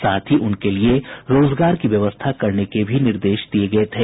साथ ही उनके लिए रोजगार की व्यवस्था करने के भी निर्देश दिये गये थे